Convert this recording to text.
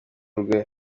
rwe